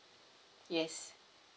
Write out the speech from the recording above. yes